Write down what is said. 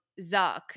Zuck